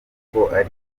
uvuga